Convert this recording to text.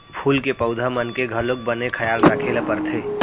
फूल के पउधा मन के घलौक बने खयाल राखे ल परथे